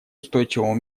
устойчивому